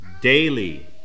daily